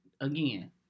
Again